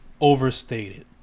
Overstated